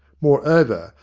moreover,